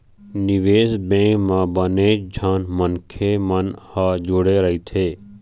निवेश बेंक म बनेच झन मनखे मन ह जुड़े रहिथे